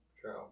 true